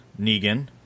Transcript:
Negan